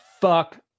fuck